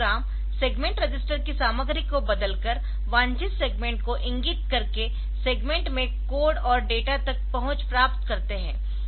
programme segment register की सामग्री को बदलकर वांछित सेगमेंट को इंगितकरके सेगमेंट में कोड और डेटा तक पहुंच प्राप्त करते है